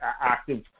active